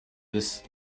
this